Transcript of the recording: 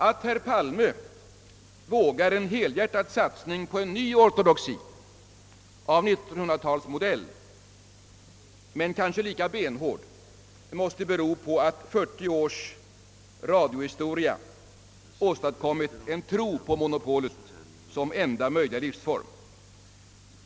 Att herr Palme nu vågar en helhjärtad satsning på en ny ortodoxi — av 1900-talsmodell men kanske lika benhård — måste bero på att 40 års radiohistoria har åstadkommit en tro på monopolet som enda möjliga livsform.